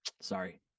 sorry